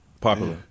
popular